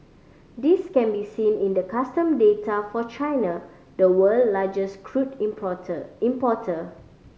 this can be seen in the custom data for China the world largest crude importer importer